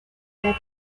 that